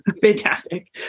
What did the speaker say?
Fantastic